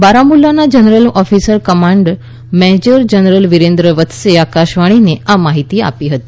બારામુલાના general officer command major general Virendra વત્સે આકાશવાણીને આ માહિતી આપી હતી